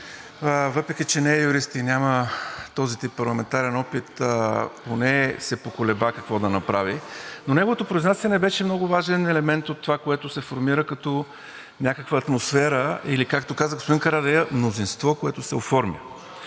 въпреки че не е юрист и няма този тип парламентарен опит, поне се поколеба какво да направи. Но неговото произнасяне беше много важен елемент от това, което се формира като някаква атмосфера, или както каза господин Карадайъ, мнозинство, което се оформя.